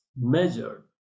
measured